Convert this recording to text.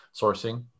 sourcing